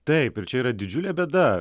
taip ir čia yra didžiulė bėda